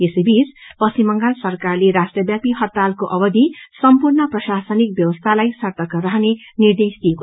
यसैबीच पश्चिम बंगाल सरकारले राष्ट्रव्यापी हड़तालको अवधि सम्पूर्ण प्रशसनिक व्यवस्थालाई सर्तक रहने निर्देश दिकऐ